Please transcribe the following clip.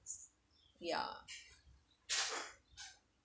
ya